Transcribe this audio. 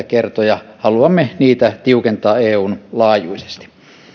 kertoja haluamme niitä tiukentaa eun laajuisesti